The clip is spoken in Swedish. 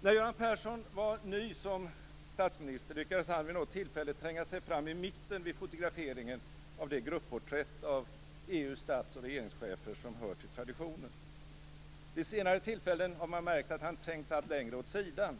När Göran Persson var ny som statsminister lyckade han vid något tillfälle tränga sig fram i mitten vid fotograferingen av det grupporträtt av EU:s stats och regeringschefer som hör till traditionen. Vid senare tillfällen har man märkt att han trängts allt längre åt sidan.